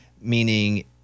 Meaning